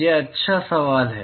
यह अच्छा सवाल है